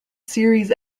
series